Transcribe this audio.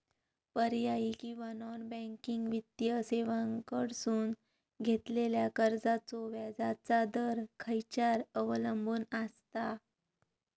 पर्यायी किंवा non banking वित्तीय सेवांकडसून घेतलेल्या कर्जाचो व्याजाचा दर खेच्यार अवलंबून आसता?